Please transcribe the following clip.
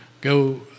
go